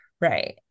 right